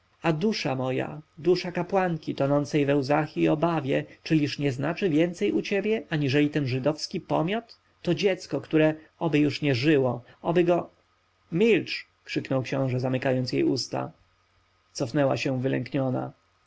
a dusza moja dusza kapłanki tonącej we łzach i obawie czyliż nie znaczy więcej u ciebie aniżeli ten żydowski pomiot to dziecko które oby już nie żyło oby go milcz krzyknął książę zamykając jej usta cofnęła się wylękniona